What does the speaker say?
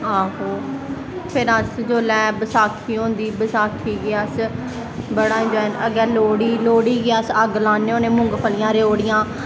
आहो फिर अस जिसलै बसाखी होंदी बसाखी गी अस बड़ा इंजाए अग्गैं लोह्ड़ी लोह्ड़ी गी अस अग्ग लान्ने होन्ने मुंगफली रेओड़ियां